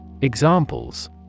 Examples